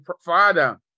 Father